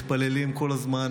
מתפללים כל הזמן,